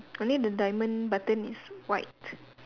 only the diamond button is white